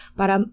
para